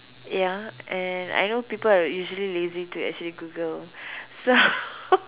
ya and I know people are usually lazy to actually Google so